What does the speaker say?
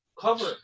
Cover